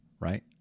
right